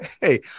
Hey